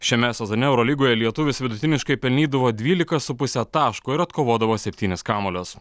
šiame sezone eurolygoje lietuvis vidutiniškai pelnydavo dvyliką su puse taško ir atkovodavo septynis kamuolius